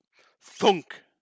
Thunk